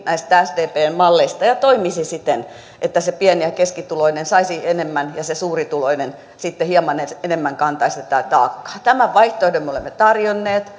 sdpn malleista ja toimisi siten että pieni ja keskituloinen saisi enemmän ja suurituloinen hieman enemmän kantaisi tätä taakkaa tämän vaihtoehdon me olemme tarjonneet